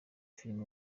filime